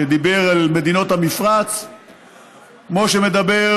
שדיבר אל מדינות המפרץ כמו שמדבר